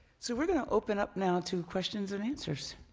so we're going to open up now to questions and answers.